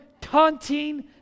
taunting